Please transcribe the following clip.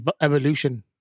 evolution